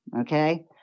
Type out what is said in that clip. okay